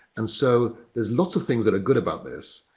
and so there's lot's of things that are good about this.